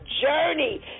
journey